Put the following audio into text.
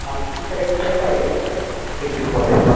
आमचे सगळ्यात सेप आहेत फिक्स डिपॉजिट